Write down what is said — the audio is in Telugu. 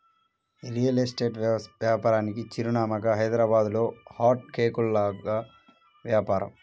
రియల్ ఎస్టేట్ వ్యాపారానికి చిరునామాగా హైదరాబాద్లో హాట్ కేకుల్లాగా వ్యాపారం